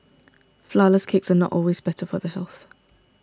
Flourless Cakes are not always better for the health